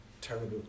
terrible